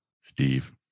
Steve